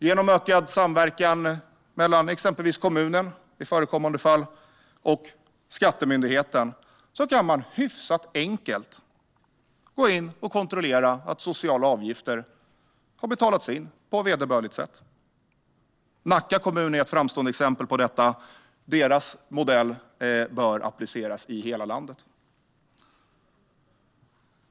Genom samverkan mellan exempelvis kommunen, i förekommande fall, och skattemyndigheten kan man hyfsat enkelt gå in och kontrollera att sociala avgifter har betalats in på vederbörligt sätt. Nacka kommun är ett framstående exempel på detta. Deras modell bör appliceras i hela landet.